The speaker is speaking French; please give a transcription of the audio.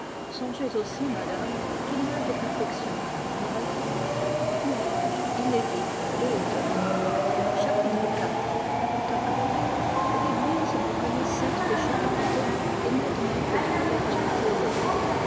songez aussi madame qu'il y a des perlections révoltantes ouvrage inédit de l'auleur chapitre iv dogmes l'église reconnaît sept péchés capitaux et n'admet que trois vertus théologales